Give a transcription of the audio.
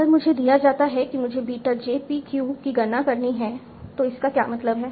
अगर मुझे दिया जाता है कि मुझे बीटा j p q की गणना करनी है तो इसका क्या मतलब है